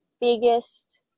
biggest